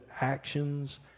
actions